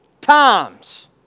times